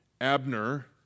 Abner